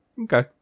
Okay